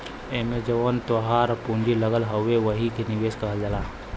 एम्मे जवन तोहार पूँजी लगल हउवे वही के निवेश कहल जाला